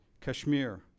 Kashmir